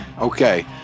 Okay